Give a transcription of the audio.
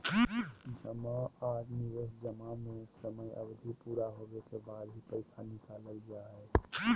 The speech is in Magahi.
जमा आर निवेश जमा में समय अवधि पूरा होबे के बाद ही पैसा निकालल जा हय